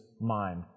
mind